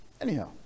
Anyhow